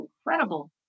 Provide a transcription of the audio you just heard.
incredible